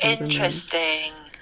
interesting